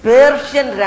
Persian